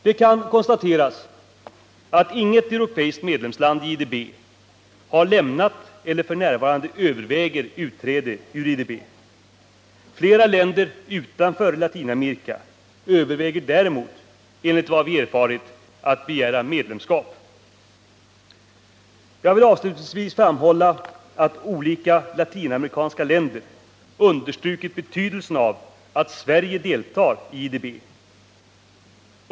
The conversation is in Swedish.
Det kan konstateras att inget europeiskt medlemsland i IDB har lämnat eller f.n. överväger utträde ur IDB. Flera länder utanför Latinamerika överväger däremot, enligt vad vi erfarit, att begära medlemskap. Jag vill avslutningsvis framhålla att olika latinamerikanska länder har understrukit betydelsen av att Sverige deltar i IDB.